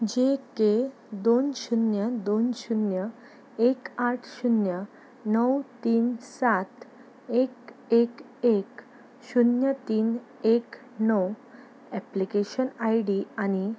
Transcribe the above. जे K दोन शुन्य दोन शुन्य एक आठ शुन्य णव तीन सात एक एक एक शुन्य तीन एक णव एप्लिकेशन आयडी आनी